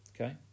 Okay